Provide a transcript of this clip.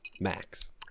max